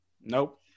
Nope